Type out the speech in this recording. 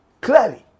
Clearly